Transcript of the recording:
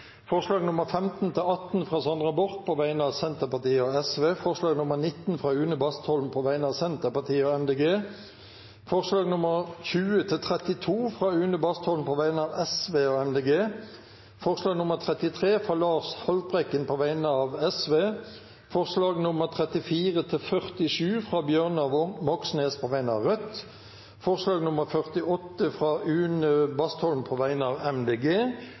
forslag nr. 19, fra Une Bastholm på vegne av Senterpartiet og Miljøpartiet De Grønne forslagene nr. 20–32, fra Une Bastholm på vegne av Sosialistisk Venstreparti og Miljøpartiet De Grønne forslag nr. 33, fra Lars Haltbrekken på vegne av Sosialistisk Venstreparti forslagene nr. 34–47, fra Bjørnar Moxnes på vegne av Rødt forslag nr. 48, fra Une Bastholm på vegne av